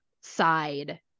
side